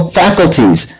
faculties